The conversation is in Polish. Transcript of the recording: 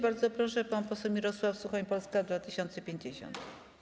Bardzo proszę, pan poseł Mirosław Suchoń, Polska 2050.